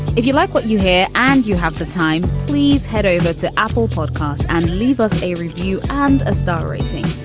if you like what you hear and you have the time please head over to apple podcasts and leave us a review and a star rating.